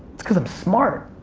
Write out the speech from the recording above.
cause i'm smart,